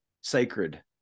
sacred